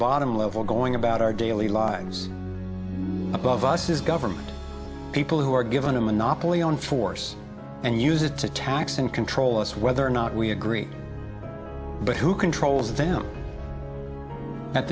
level going about our daily lives above us is government people who are given a monopoly on force and use it to tax and control us whether or not we agree but who controls them at